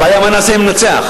הבעיה, מה נעשה אם ננצח?